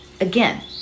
Again